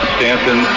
Stanton